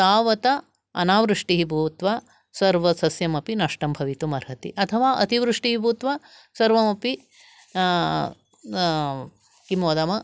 तावता अनावृष्टिः भूत्वा सर्वसस्यमपि नष्टं भवितुम् अर्हति अथवा अतिवृष्टिः भूत्वा सर्वमपि किं वदामः